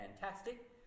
fantastic